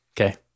Okay